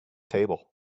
table